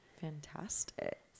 Fantastic